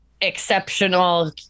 exceptional